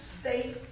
state